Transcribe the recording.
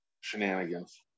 shenanigans